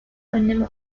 önleme